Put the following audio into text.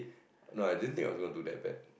no I didn't think also do that bad